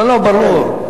לא, ברור.